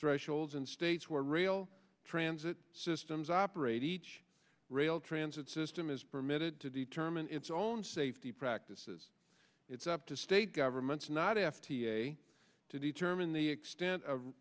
thresholds in states where rail transit systems operate each rail transit system is permitted to determine its own safety practices it's up to state governments not f d a to determine the extent of